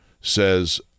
says